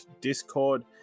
Discord